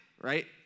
right